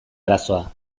arazoa